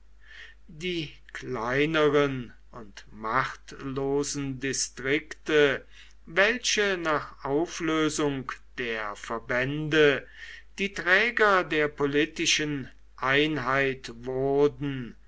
die kleineren und machtlosen distrikte welche nach auflösung der verbände die träger der politischen einheit wurden